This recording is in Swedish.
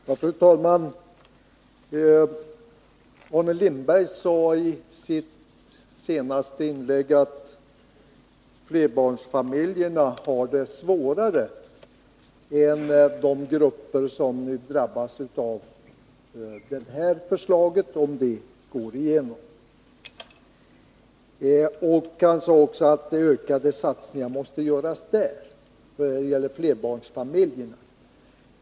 Fru talman! Arne Lindberg sade i sitt senaste inlägg att flerbarnsfamiljerna har det svårare än de grupper som nu drabbas av detta förslag, om det går igenom. Han sade också att det måste göras ökade satsningar när det gäller flerbarnsfamiljerna.